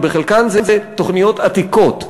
כי חלקן הן תוכניות עתיקות,